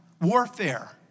warfare